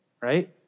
right